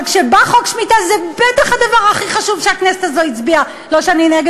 אבל כשבא חוק שמיטה זה בטח הדבר הכי חשוב שהכנסת הזו הצביעה עליו,